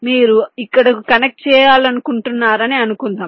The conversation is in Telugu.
మీరు ఇక్కడకు కనెక్ట్ చేయాలనుకుంటున్నారని అనుకుందాం